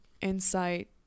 insight